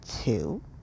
Two